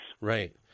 Right